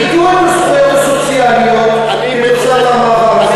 איבדו את הזכויות הסוציאליות כתוצאה מהמעבר הזה,